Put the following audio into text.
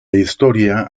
historia